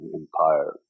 empire